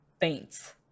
faints